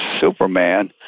Superman